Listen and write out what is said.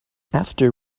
after